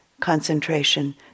concentration